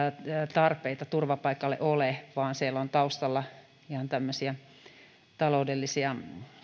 tarvetta turvapaikalle ole vaan siellä on taustalla ihan tämmöisiä taloudellisia